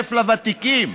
הצטרף לוותיקים.